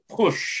push